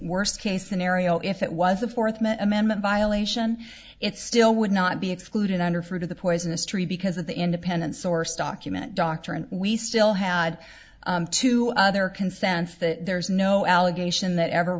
worst case scenario if it was the fourth amendment violation it still would not be excluded under fruit of the poisonous tree because of the independent source document doctrine we still had two other consents that there's no allegation that ever